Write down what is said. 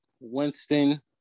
Winston